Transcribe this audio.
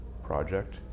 project